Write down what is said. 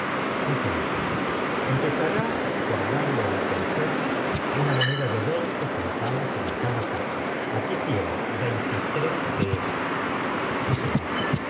sí setior empezarás por darle al conserje una moneda de veinte centavos en cada caso aquí tienes veintitrés de ellas sí señor